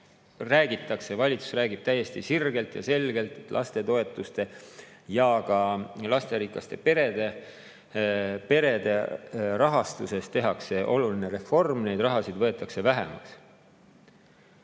räägitakse, valitsus räägib täiesti sirgelt ja selgelt, et lastetoetustes ja lasterikaste perede rahastuses tehakse oluline reform, seda raha võetakse vähemaks.